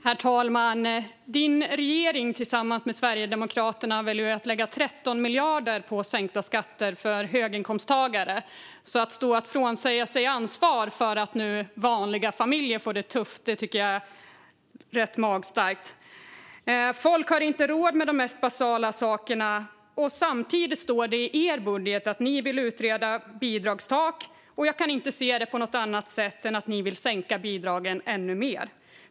Herr talman! Camilla Rinaldo Millers regering väljer tillsammans med Sverigedemokraterna att lägga 13 miljarder på sänkta skatter för höginkomsttagare. Att frånsäga sig ansvar för att vanliga familjer får det tufft tycker jag är rätt magstarkt. Folk har inte råd med de mest basala sakerna. Samtidigt står det i er budget att ni vill utreda bidragstak. Jag kan inte se det på något annat sätt än att ni vill sänka bidragen ännu mer.